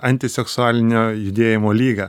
antiseksualinio judėjimo lyga